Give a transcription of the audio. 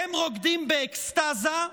הם רוקדים באקסטזה,